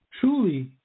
truly